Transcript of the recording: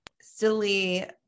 silly